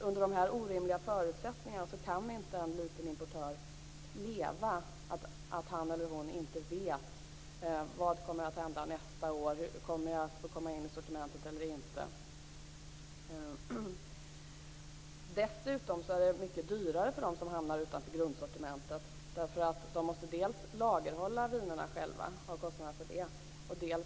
Under så orimliga förutsättningar kan inte en liten importör leva - alltså att han eller hon inte vet vad som kommer att hända nästa år; kommer jag att få komma in i sortimentet eller inte? Dessutom blir det mycket dyrare för dem som hamnar utanför grundsortimentet. De måste lagerhålla vinerna själva och ta kostnaderna för det.